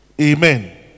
Amen